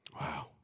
Wow